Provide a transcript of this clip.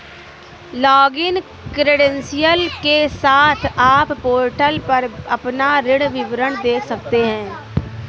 login credential के साथ, आप पोर्टल पर अपना ऋण विवरण देख सकते हैं